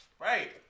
Right